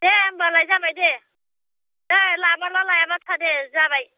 दे होमबालाय जाबाय दे दे लाबा ला लायाबा था दे जाबाय